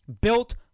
Built